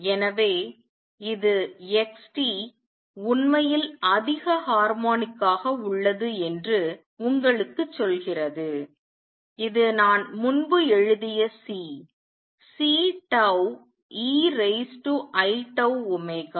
எனவே இது x t உண்மையில் அதிக ஹார்மோனிக்காக உள்ளது என்று உங்களுக்கு சொல்கிறது இது நான் முன்பு எழுதிய C C tau e raise to i tau omega